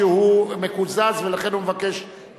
אנו ממשיכים